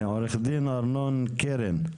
עו"ד אמנון קרן,